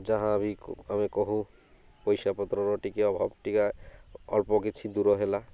ଯାହା ବି ଆମେ କହୁ ପଇସାପତ୍ରର ଟିକେ ଅଭାବ ଟିକେ ଅଳ୍ପ କିଛି ଦୂର ହେଲା